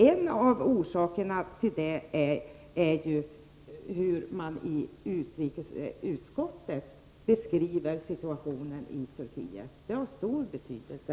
En av orsakerna till detta är det sätt på vilket man i utrikesutskottet beskriver situationen i Turkiet. Det är av stor betydelse.